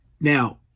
Now